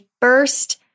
first